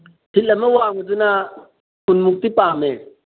fit ꯑꯃ ꯋꯥꯡꯕꯗꯨꯅ ꯀꯨꯟꯃꯨꯛꯇꯤ ꯄꯥꯝꯃꯦ